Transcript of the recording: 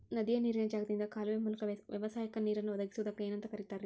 ನದಿಯ ನೇರಿನ ಜಾಗದಿಂದ ಕಾಲುವೆಯ ಮೂಲಕ ವ್ಯವಸಾಯಕ್ಕ ನೇರನ್ನು ಒದಗಿಸುವುದಕ್ಕ ಏನಂತ ಕರಿತಾರೇ?